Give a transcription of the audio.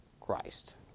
Christ